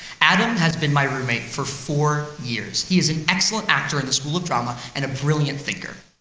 adam has been my roommate for four years. he is an excellent actor in the school of drama and a brilliant thinker.